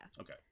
okay